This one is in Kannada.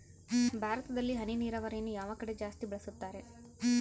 ಭಾರತದಲ್ಲಿ ಹನಿ ನೇರಾವರಿಯನ್ನು ಯಾವ ಕಡೆ ಜಾಸ್ತಿ ಬಳಸುತ್ತಾರೆ?